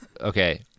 Okay